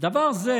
דבר זה